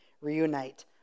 reunite